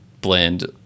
blend